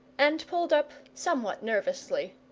and pulled up somewhat nervously.